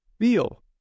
feel